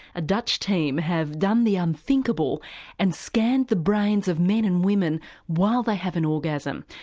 a dutch team have done the unthinkable and scanned the brains of men and women while they have an orgasm.